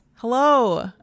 Hello